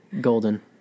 Golden